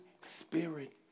Spirit